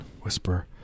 Whisper